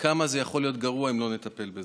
וכמה זה יכול להיות גרוע אם לא נטפל בזה.